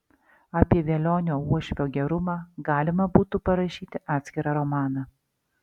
apie velionio uošvio gerumą galima būtų parašyti atskirą romaną